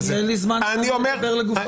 יהיה לי זמן לדבר לגופו של עניין?